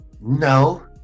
No